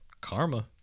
karma